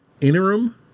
interim